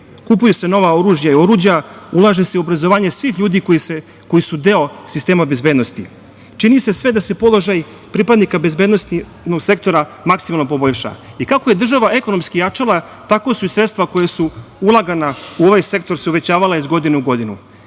Kupuju se nova oružja i oruđa, ulaže se u obrazovanje svih ljudi, koji su deo sistema bezbednosti. Čini se sve da se položaj pripadnika bezbednosti, unutrašnjeg sektora, maksimalno poboljša. Kako je država ekonomski jačala, tako su i sredstva koja su ulagana u ovaj sektor se uvećavala iz godine u godinu. Godine